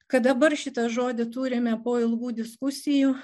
kad dabar šitą žodį turime po ilgų diskusijų